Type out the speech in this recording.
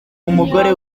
umugore